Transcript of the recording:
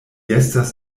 estas